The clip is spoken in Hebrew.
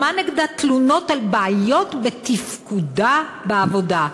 נגדה תלונות על בעיות בתפקודה בעבודה,